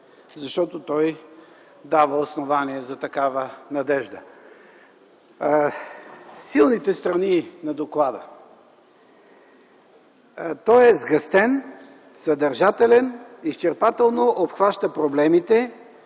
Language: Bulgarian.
защото той дава основания за такава надежда. Силните страни на доклада: той е сгъстен, съдържателен, изчерпателно обхваща проблемите,